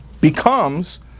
becomes